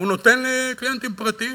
והוא נותן לקליינטים פרטיים,